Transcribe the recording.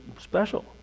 special